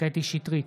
קטי קטרין שטרית,